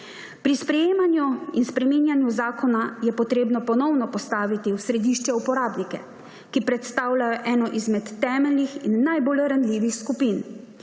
Pri sprejemanju in spreminjanju zakona je potrebno ponovno postaviti v središče uporabnike, ki predstavljajo eno izmed temeljnih in najbolj ranljivih skupin.